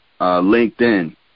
LinkedIn